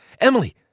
Emily